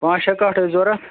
پانژٛھ شیٚے کٹھ ٲسۍ ضوٚرتھ